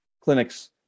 clinics